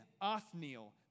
Othniel